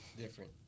Different